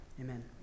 Amen